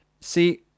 See